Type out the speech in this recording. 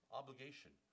obligation